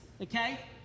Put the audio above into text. okay